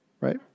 Right